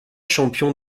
champion